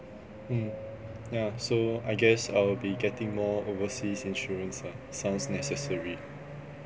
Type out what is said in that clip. mm yeah so I guess I'll be getting more overseas insurance ah sounds necessary